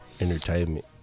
Entertainment